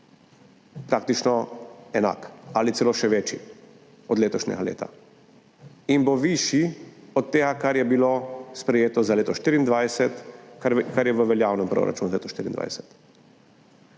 praktično enak ali celo še večji od letošnjega leta in bo višji od tega, kar je bilo sprejeto za leto 2024, kar je v veljavnem proračunu za leto 2024.